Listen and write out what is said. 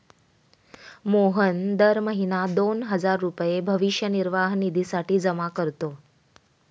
मोहन दर महीना दोन हजार रुपये भविष्य निर्वाह निधीसाठी जमा करतो